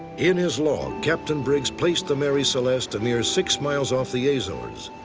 in his log, captain briggs placed the mary celeste a mere six miles off the azores.